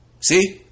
See